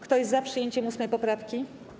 Kto jest za przyjęciem 8. poprawki?